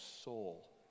soul